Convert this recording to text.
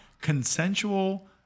consensual